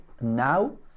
now